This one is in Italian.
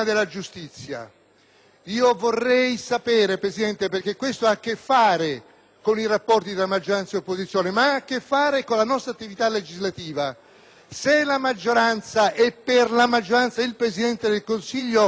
Io vorrei sapere - questo ha a che fare con i rapporti tra maggioranza e opposizione e ha a che fare con la nostra attività legislativa - se la maggioranza, e per essa il Presidente del Consiglio, intende